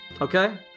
Okay